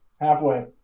halfway